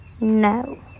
no